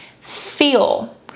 feel